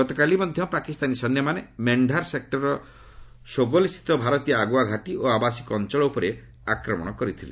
ଗତକାଲି ମଧ୍ୟ ପାକିସ୍ତାନୀୟ ସୈନ୍ୟମାନେ ମେନ୍ଧା ସେକ୍ଟରର ସୋଗଲିସ୍ଥିତ ଭାରତୀୟ ଆଗୁଆଘାଟି ଓ ଆବାସିକ ଅଞ୍ଚଳ ଉପରେ ଆକ୍ରମଣ କରିଥିଲେ